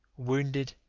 wounded,